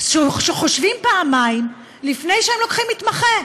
חושבים פעמיים לפני שהם לוקחים מתמחה.